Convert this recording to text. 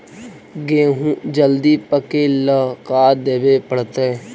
गेहूं जल्दी पके ल का देबे पड़तै?